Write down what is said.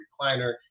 recliner